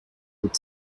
with